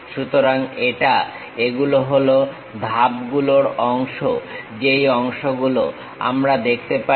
সুতরাং এটা এগুলো হলো ধাপগুলোর অংশ যেই অংশগুলো আমরা দেখতে পারি